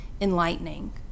enlightening